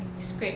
scraped